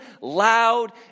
loud